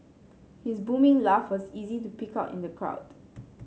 his booming laugh was easy to pick out in the crowd